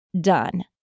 done